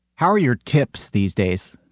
how are your tips these days?